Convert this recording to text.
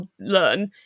learn